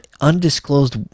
undisclosed